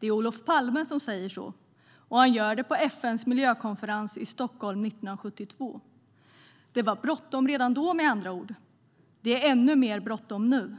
Det är Olof Palme som säger detta, och han gör det på FN:s miljökonferens i Stockholm 1972. Det var bråttom redan då, med andra ord, och det är ännu mer bråttom nu.